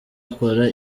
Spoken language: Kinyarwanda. akora